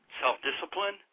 self-discipline